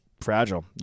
fragile